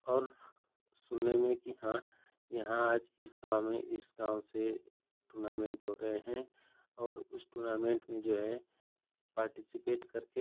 और सुनने में कि हाँ यहाँ आज इस गाँव में इस गाँव से टूर्नामेंट हो रहे हैं और उस टूर्नामेंट में जो है पार्टीसीपेट कर के